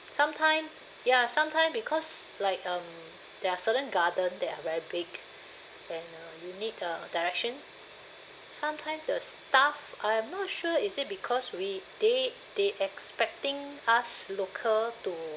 sometime ya sometime because like um there are certain garden there are very big and uh you need the directions sometime the staff I am not sure is it because we they they expecting us local to